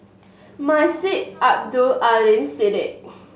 Masjid Abdul Aleem Siddique